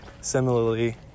similarly